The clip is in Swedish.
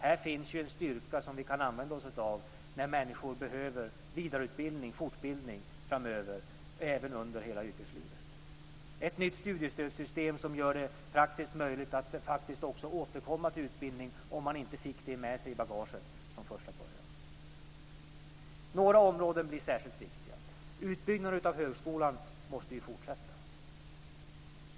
Här finns en styrka som vi kan använda oss av när människor behöver vidareutbildning och fortbildning framöver, även under hela yrkeslivet. Ett nytt studiestödssystem ska göra det praktiskt möjligt att faktiskt också återkomma till utbildning om man inte fick någon sådan med sig i bagaget från första början. Några områden blir särskilt viktiga. Utbyggnaden av högskolan måste fortsätta.